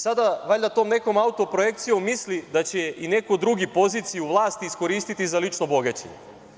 Sada, valjda tom nekom autoprojekcijom misli da će i neko drugi poziciju vlasti iskoristiti za lično bogaćenje.